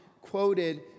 quoted